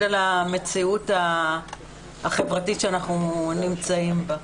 על המציאות החברתית שאנחנו נמצאים בה.